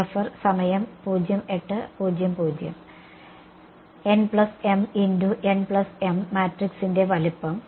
nmnm മാട്രിക്സിന്റെ വലുപ്പം